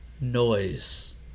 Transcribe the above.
noise